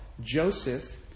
Joseph